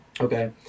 Okay